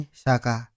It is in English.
saka